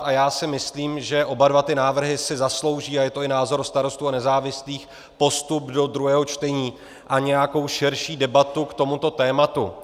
A já si myslím, že oba dva ty návrhy si zaslouží a je to i názor Starostů a nezávislých postup do druhého čtení a nějakou širší debatu k tomuto tématu.